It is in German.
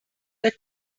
der